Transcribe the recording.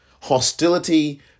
Hostility